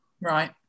Right